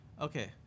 Okay